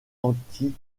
anti